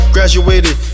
Graduated